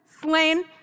slain